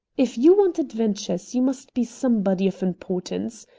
if you want adventures you must be somebody of importance.